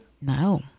No